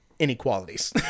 Inequalities